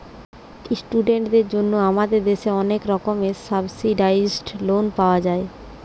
ইস্টুডেন্টদের জন্যে আমাদের দেশে অনেক রকমের সাবসিডাইসড লোন পাওয়া যায়